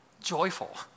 joyful